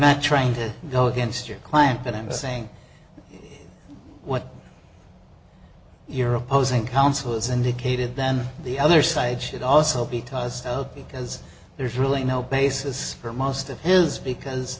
not trying to go against your client but i'm saying what you're opposing counsel has indicated then the other side should also be tossed out because there's really no basis for most of his because